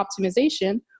optimization